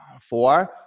Four